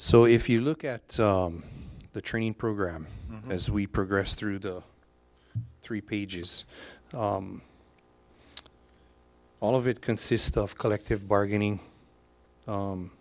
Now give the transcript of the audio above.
so if you look at the training program as we progress through the three pages all of it consists of collective bargaining